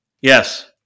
Yes